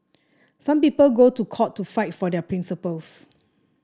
some people go to court to fight for their principles